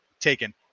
taken